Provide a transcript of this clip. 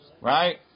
Right